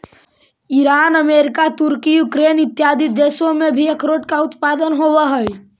Iran America Turkey Ukraine इत्यादि देशों में भी अखरोट का उत्पादन होवअ हई